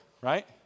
right